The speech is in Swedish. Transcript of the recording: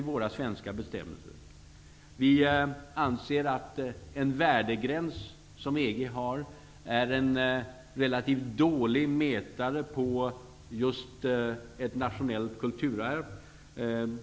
Vi anser att en värdegräns, som den som EG har, är en relativt dålig mätare på just ett nationellt kulturarv.